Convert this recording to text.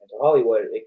Hollywood